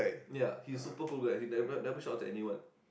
ya he's super cool guy he never never shouted at anyone